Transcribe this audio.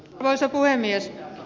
arvoisa puhemies